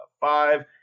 five